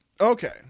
Okay